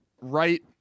right